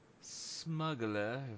smuggler